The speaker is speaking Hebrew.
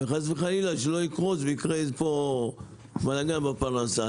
וחס וחלילה שלא יקרוס ויקרה פה בלאגן בפרנסה.